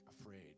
afraid